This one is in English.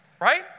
right